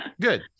Good